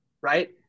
right